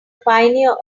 pioneer